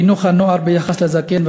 חינוך הנוער ביחס לזקן,